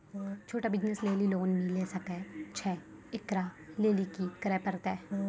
छोटा बिज़नस लेली लोन मिले सकय छै? एकरा लेली की करै परतै